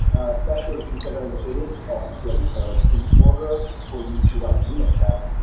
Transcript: especially considering if it is all spaghetti code, in order for you to write unit tests,